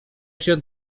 się